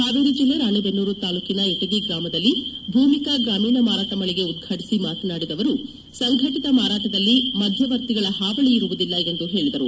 ಹಾವೇರಿ ಜಿಲ್ಲೆ ರಾಣೆಬೆನ್ನೂರು ತಾಲ್ಲೂಕಿನ ಇಟಗಿ ಗ್ರಾಮದಲ್ಲಿ ಭೂಮಿಕಾ ಗ್ರಾಮೀಣ ಮಾರಾಟ ಮಳಿಗೆ ಉದ್ವಾಟಿಸಿ ಮಾತನಾಡಿದ ಅವರು ಸಂಘಟಿತ ಮಾರಾಟದಲ್ಲಿ ಮಧ್ಯವರ್ತಿಗಳ ಹಾವಳಿ ಇರುವುದಿಲ್ಲ ಎಂದು ಹೇಳಿದರು